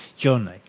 Johnny